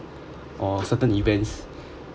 or certain events